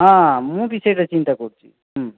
ହଁ ମୁଁ ବି ସେଇଟା ଚିନ୍ତା କରୁଛି